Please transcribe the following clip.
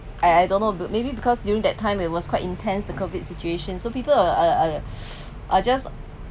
I I don't know maybe because during that time it was quite intense to COVID situation so people are are are just